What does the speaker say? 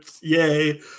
Yay